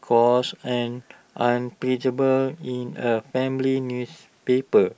course and unprintable in A family newspaper